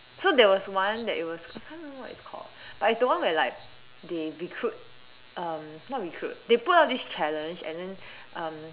so there was one that it was I can't remember what it's called but it's the one where like they recruit um not recruit they put up this challenge and then um